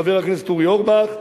חבר הכנסת אורי אורבך,